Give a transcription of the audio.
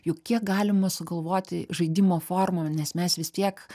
juk kiek galima sugalvoti žaidimo formų nes mes vis tiek